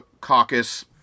caucus